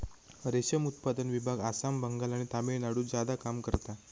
रेशम उत्पादन विभाग आसाम, बंगाल आणि तामिळनाडुत ज्यादा काम करता